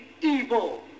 evil